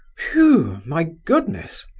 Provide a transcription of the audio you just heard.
wheugh! my goodness!